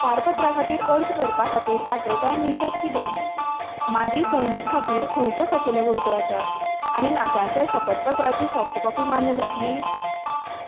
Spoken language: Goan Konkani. पारपत्रा खातीर अर्ज करपा खातीर पात्रताय निकश कितें म्हजी सैनी खातीर खंयच्यो खाशेल्यो गरजो आसात आनी नात्यांच्या शपत पत्राची सॉफ्ट कॉपी मान्य जातली